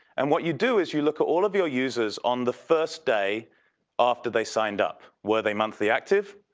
and what you do is you look at all of your users on the first day after they signed up. were they monthly active?